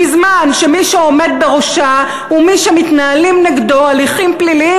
בזמן שמי שעומד בראשה הוא מי שמתנהלים נגדו הליכים פליליים,